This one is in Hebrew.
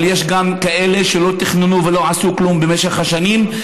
אבל יש גם כאלה שלא תכננו ולא עשו כלום במשך השנים,